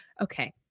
Okay